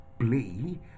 play